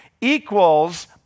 equals